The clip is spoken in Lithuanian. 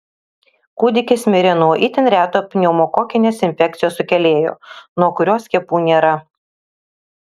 kūdikis mirė nuo itin reto pneumokokinės infekcijos sukėlėjo nuo kurio skiepų nėra